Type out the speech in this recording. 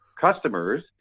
customers